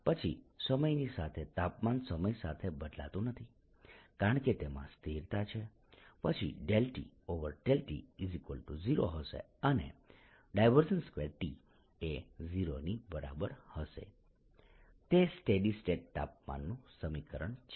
પછી સમયની સાથે તાપમાન સમય સાથે બદલાતું નથી કારણ કે તેમાં સ્થિરતા છે પછી ∂T∂t0 હશે અને 2T એ 0 ની બરાબર હશે તે સ્ટેડી સ્ટેટ તાપમાનનું સમીકરણ છે